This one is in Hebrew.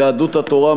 יהדות התורה,